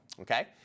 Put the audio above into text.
Okay